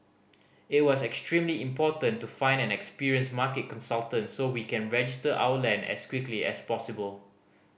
it was extremely important to find an experienced market consultant so we can register our land as quickly as possible